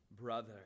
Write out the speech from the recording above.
brother